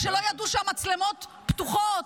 כשלא ידעו שהמצלמות פתוחות,